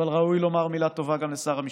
אבל ראוי לומר מילה טובה גם לשר המשפטים,